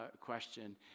question